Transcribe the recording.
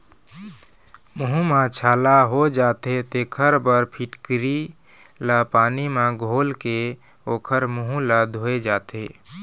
मूंह म छाला हो जाथे तेखर बर फिटकिरी ल पानी म घोलके ओखर मूंह ल धोए जाथे